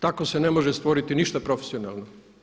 Tako se ne može stvoriti ništa profesionalno.